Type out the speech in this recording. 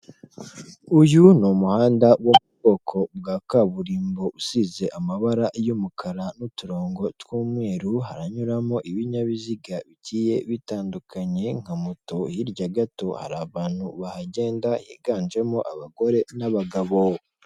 Uyu ni umuhanda wo mu bwoko bwa kaburimbo, usize amabara y'umukara n'uturongo tw'umweru, haranyuramo ibinyabiziga bigiye bitandukanye nka moto, hirya gato hari abantu bahagenda higanjemo abagore n'abagabo.